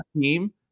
team